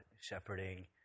shepherding